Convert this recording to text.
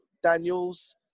Daniels